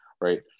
right